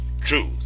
truth